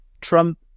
Trump